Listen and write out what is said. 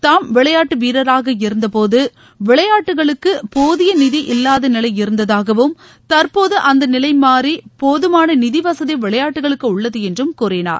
தாம் விளையாட்டு வீரராக இருந்தபோது விளையாட்டுகளுக்கு போதிய நிதி இல்லாத நிலை இருந்ததாகவும் தற்போது அந்த நிலை மாறி போதமான நிதி வசதி விளையாட்டுகளுக்கு உள்ளது என்றும் கூறினார்